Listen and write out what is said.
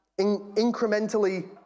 incrementally